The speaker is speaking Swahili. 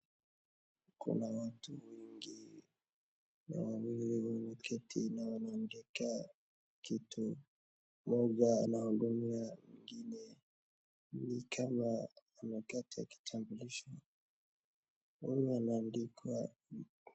Kuna watu wengi. Na wawili wameketi na wanaandika kitu. Mmoja nahudumia mwingine, ni kama anakata kitambulisho. Wanaandikwa